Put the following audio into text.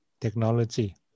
technology